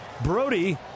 Brody